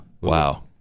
Wow